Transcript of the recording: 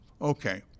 Okay